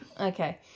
Okay